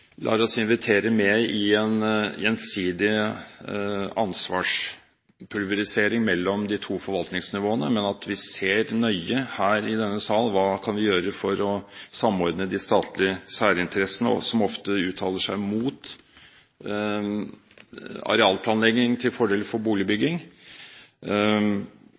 oss invitere med i en gjensidig ansvarspulverisering mellom de to forvaltningsnivåene, men at vi her i denne sal ser nøye hva vi kan gjøre for å samordne de statlige særinteressene, som ofte uttaler seg mot arealplanlegging til fordel for boligbygging.